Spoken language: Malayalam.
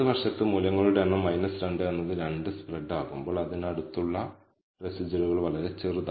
അല്ലെങ്കിൽ നമുക്ക് ഒരു എഫ് ടെസ്റ്റ് നടത്തി സ്ലോപ്പ് പാരാമീറ്റർ ഉൾപ്പെടുത്തുന്നത് പ്രധാനമാണോ എന്ന് നിഗമനം ചെയ്യാം